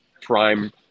prime